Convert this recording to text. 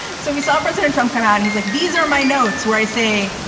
so we saw president trump come out. he's like, these are my notes where i say